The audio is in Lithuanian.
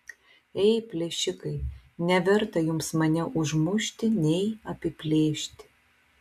ei plėšikai neverta jums mane užmušti nei apiplėšti